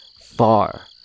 far